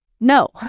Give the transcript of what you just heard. no